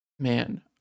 Man